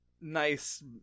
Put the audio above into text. nice